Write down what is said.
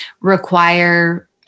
require